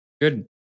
good